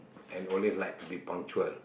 and always like to be punctual